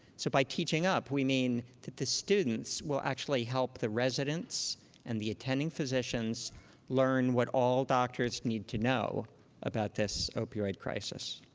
so by teaching up, we mean that the students will actually help the residents and the attending physicians learn what all doctors need to know about this opioid crisis.